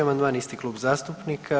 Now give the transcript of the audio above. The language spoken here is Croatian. Amandman isti klub zastupnika.